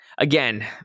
Again